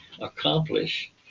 accomplish